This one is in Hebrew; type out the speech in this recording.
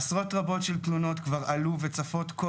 עשרות רבות של תלונות כבר עלו וצפות כל